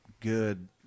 good